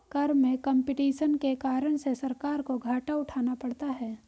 कर में कम्पटीशन के कारण से सरकार को घाटा उठाना पड़ता है